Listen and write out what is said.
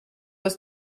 ist